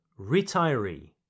Retiree